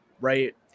right